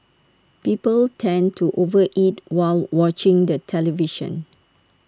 people tend to over eat while watching the television